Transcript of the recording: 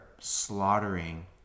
slaughtering